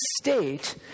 state